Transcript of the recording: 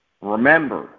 Remember